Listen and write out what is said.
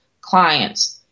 clients